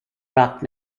rock